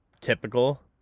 typical